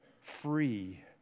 free